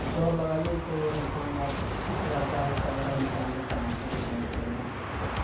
دوڑ لگائیے تو انسان آپ فٹ رہتا ہے تو اگلا انسان دیکھتا ہے ہاں چلو بہت بڑھیاں تو